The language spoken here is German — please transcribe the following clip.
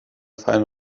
fein